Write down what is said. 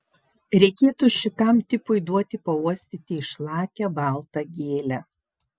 reikėtų šitam tipui duoti pauostyti išlakią baltą gėlę